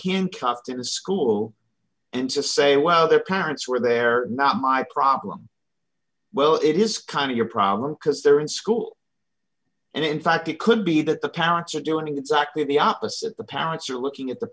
captain school and just say well their parents were there not my problem well it is kind of your problem because they're in school and in fact it could be that the counts are doing exactly the opposite the parents are looking at the